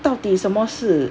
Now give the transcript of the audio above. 到底什么是